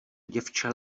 děvče